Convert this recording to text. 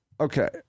okay